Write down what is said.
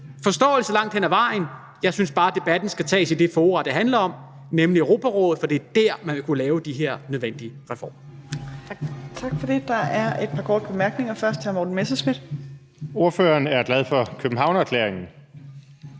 synes på den anden side også bare, at debatten skal tages i det forum, som det handler om, nemlig Europarådet. For det er der, hvor man vil kunne lave de her nødvendige reformer.